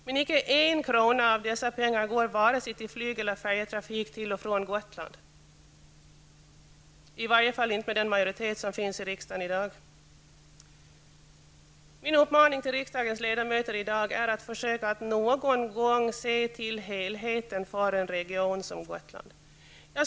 Men inte en krona av dessa pengar går till flyg eller färjetrafik till och från Gotland, i varje fall inte med den majoritet som finns i riksdagen i dag. Min uppmaning till riksdagens ledamöter i dag är att någon gång se till helheten för en region som Gotland.